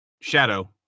Shadow